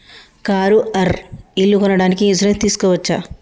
Car or ఇల్లు కొనడానికి insurance తీస్కోవచ్చా?